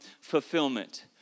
fulfillment